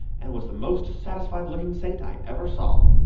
and was the most satisfied looking saint i ever saw.